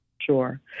Sure